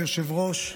ברגעים